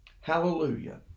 Hallelujah